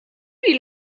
die